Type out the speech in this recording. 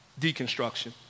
deconstruction